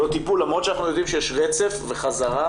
למרות שאנחנו יודעים שיש רצף וחזרה